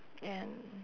and